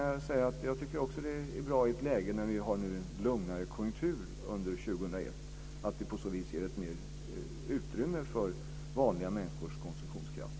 Jag tycker också att det är bra i ett läge när vi nu har en lugnare konjunktur under 2001 att på så vis ge mer utrymme för vanliga människors konsumtionskraft.